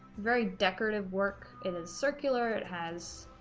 very decorative work it is circular, it has